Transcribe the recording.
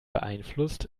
beeinflusst